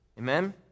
Amen